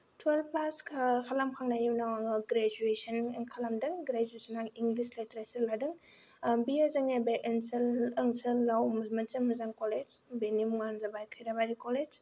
twelve pass खालामखांनायनि उनाव आङो ग्रेजुवेसन खालामदों ग्रेजुवेसनाव आं इंलिस लिटारेचार लादों ओ बियो जोंनि बे ओनसोलाव मोनसे मोजां कलेज बिनि मुङानो जाबाय खैराबारि कलेज